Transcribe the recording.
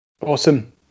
awesome